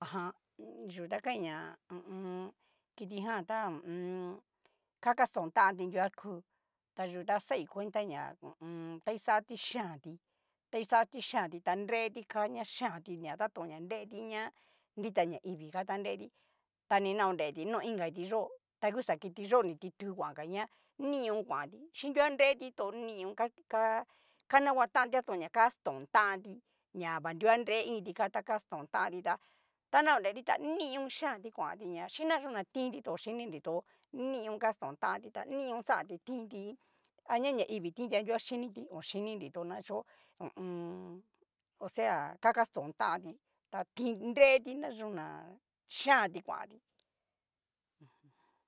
Ajan yu ta kain ña ktijan tá ho o on. ka kaston tanti nuan ku, ta yu ta xai cuenta ña hu u un. ta kixati yianti ta kixati chianti ta nreti ka ña chianti ña tatón ña nreti ña nrita ñaivii ka ta nreti ta ni na horeti no inka kiti yó ta nguxa kiti yó ni titu kuan ka ña nion kuanti chinruguan nreti tu nion, ka kananguatanti tanton ña kastón tanti ña va nruare iintika ta kaston tanti ta tanaonreri ta nion yianti kuanti ña chinayuña tinti to ochininri tu ochininri tó nion kaston tanti ta nion xanti tinti aña ñaivii tinti a nruguan xiniti ochininri tu na acho osea kakaston tanti ati nreti nayuna yianti kuanti.